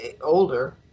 older